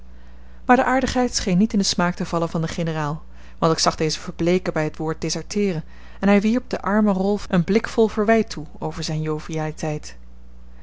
maar de aardigheid scheen niet in den smaak te vallen van den generaal want ik zag dezen verbleeken bij het woord deserteeren en hij wierp den armen rolf een blik vol verwijt toe over zijne jovialiteit